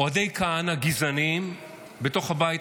הבוס